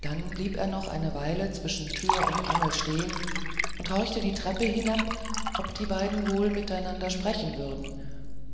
dann blieb er noch eine weile zwischen tür und angel stehen und horchte die treppe hinab ob die beiden wohl miteinander sprechen würden